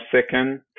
second